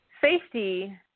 safety